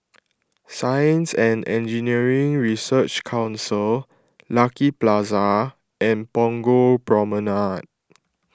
Science and Engineering Research Council Lucky Plaza and Punggol Promenade